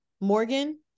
morgan